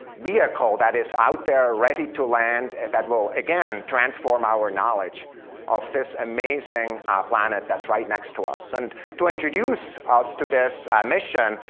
vehicle that is out there, ready to land and that will, again, transform our knowledge of this amazing planet that's right next to us. and to introduce us to this mission,